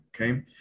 okay